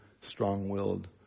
strong-willed